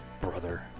brother